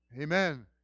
Amen